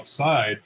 outside